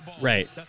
Right